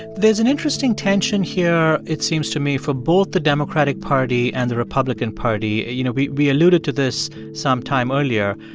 there's an interesting tension here, it seems to me, for both the democratic party and the republican party. you know, we we alluded to this some time earlier.